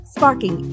Sparking